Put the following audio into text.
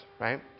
right